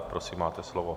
Prosím, máte slovo.